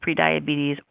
prediabetes